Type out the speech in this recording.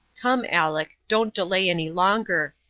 come, aleck, don't delay any longer,